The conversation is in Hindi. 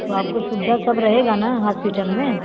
तो आपको सुविधा सब रहेगा ना हॉस्पिटल में